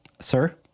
sir